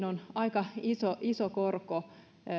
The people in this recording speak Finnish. on aika iso iso korko